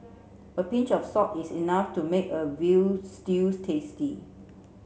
a pinch of salt is enough to make a veal stew tasty